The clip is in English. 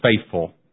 faithful